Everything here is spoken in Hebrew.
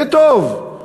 זה טוב.